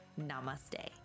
namaste